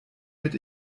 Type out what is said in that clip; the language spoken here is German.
mit